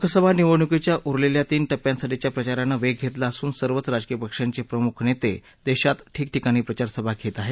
लोकसभा निवडणुकीच्या उरलेल्या तीन टप्प्यांसाठीच्या प्रचारानं वेग घेतला असून सर्वच राजकीय पक्षांचे प्रमुख नेते देशात ठिकठिकाणी प्रचारसभा घेत आहेत